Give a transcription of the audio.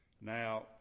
Now